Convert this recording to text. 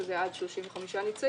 שזה עד 35 ניצעים,